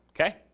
okay